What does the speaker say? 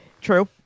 True